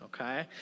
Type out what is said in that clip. Okay